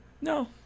No